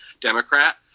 Democrat